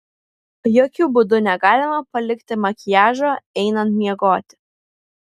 jokiu būdu negalima palikti makiažo einant miegoti